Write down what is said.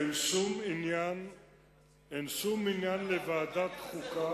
אין שום עניין לוועדת חוקה,